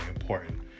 important